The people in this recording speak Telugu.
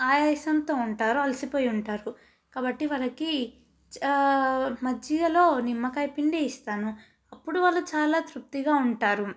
ఆయాసంతో ఉంటారు అలిసిపోయి ఉంటారు కాబట్టి వాళ్ళకి చ మజ్జిగలో నిమ్మకాయ పిండి ఇస్తాను అప్పుడు వాళ్ళు చాలా తృప్తిగా ఉంటారు